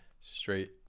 straight